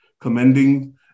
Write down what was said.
commending